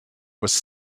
was